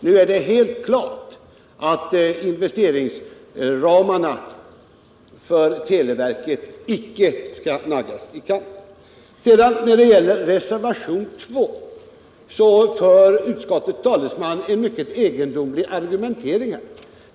Nu är det helt klart att investeringsramarna för televerket icke skall naggas i kanten. När det sedan gäller reservationen 2 för utskottets talesman en mycket egendomlig argumentering.